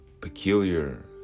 peculiar